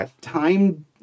time